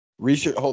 Research